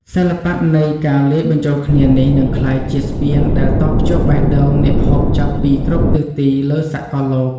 សិល្បៈនៃការលាយបញ្ចូលគ្នានេះនឹងក្លាយជាស្ពានដែលតភ្ជាប់បេះដូងអ្នកហូបចុកពីគ្រប់ទិសទីលើសកលលោក។